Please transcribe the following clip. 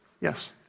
Yes